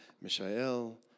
Mishael